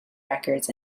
records